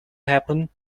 happen